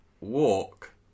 walk